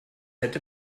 hätte